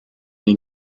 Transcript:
den